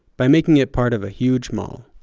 by making it part of a huge mall.